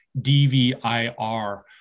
DVIR